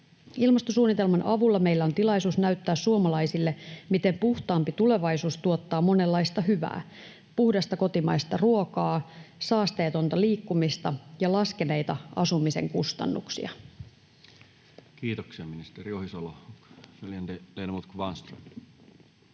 Ilmastosuunnitelman avulla meillä on tilaisuus näyttää suomalaisille, miten puhtaampi tulevaisuus tuottaa monenlaista hyvää: puhdasta kotimaista ruokaa, saasteetonta liikkumista ja laskeneita asumisen kustannuksia. [Speech